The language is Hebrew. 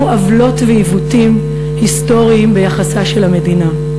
עוולות ועיוותים היסטוריים ביחסה של המדינה.